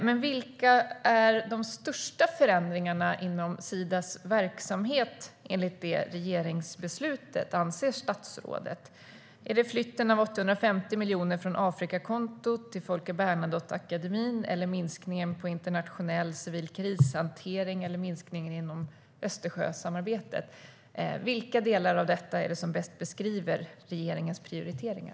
Men vilka är de största förändringarna inom Sidas verksamhet enligt det regeringsbeslutet, anser statsrådet? Är det flytten av 850 miljoner från Afrikakontot till Folke Bernadotteakademin, minskningen inom internationell civil krishantering eller minskningen inom Östersjösamarbetet? Vilka delar av detta är det som bäst beskriver regeringens prioriteringar?